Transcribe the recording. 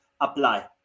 apply